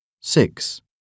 Six